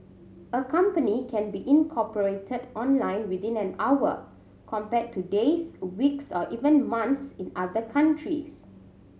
a company can be incorporated online within an hour compared to days weeks or even months in other countries